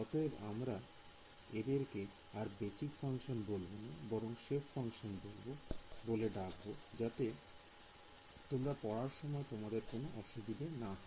অতএব আমরা এদেরকে আর বেসিক ফাংশন বলবো না বরং সেপ ফাংশনবলে ডাকবো যাতে তোমরা পড়ার সময় তোমাদের কোন অসুবিধে না হয়